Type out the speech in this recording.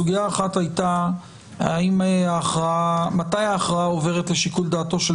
סוגיה אחת הייתה מתי ההכרעה עוברת לשיקול דעתו של